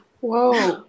Whoa